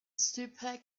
super